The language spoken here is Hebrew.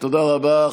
תודה רבה.